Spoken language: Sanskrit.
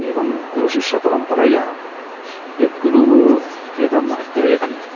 एवं गुरुशिष्यपरम्परया यद्गुरुः वेदम् अध्येति